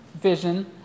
vision